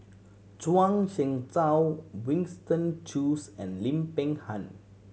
Zhuang Shengtao Winston Choos and Lim Peng Han